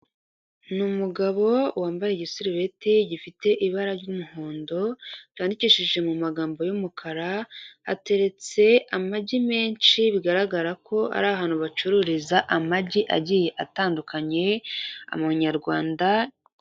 Ni umugabo wambaye igisurubeti gifite ibara ry'umuhondo, ryandikishije mu magambo y'umukara, ateretse amagi menshi bigaragara ko ari ahantu bacururiza amagi agiye atandukanye, amanyarwanda.